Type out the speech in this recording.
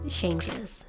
changes